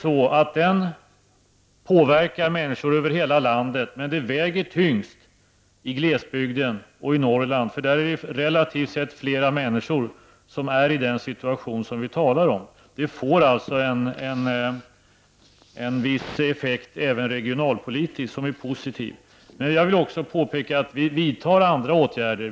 Den påverkar människor över hela landet, men den väger tyngst i glesbygden och i Norrland. Relativt sett är fler människor där i den situation som vi talar om. Det får alltså även en viss regionalpolitisk effekt som är positiv. Men jag vill också påpeka att vi vidtar andra åtgärder.